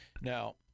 now